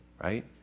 right